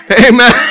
Amen